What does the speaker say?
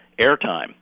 airtime